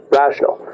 rational